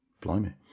blimey